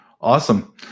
awesome